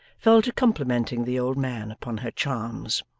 fell to complimenting the old man upon her charms.